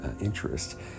interest